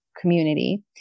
community